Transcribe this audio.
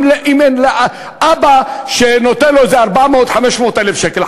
אין לו אבא שנותן לו איזה 400,000 500,000 שקל,